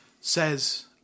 says